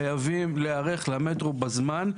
חייבים להיערך למטרו בזמן,